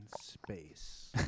space